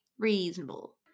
Reasonable